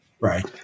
right